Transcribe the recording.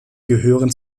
gehören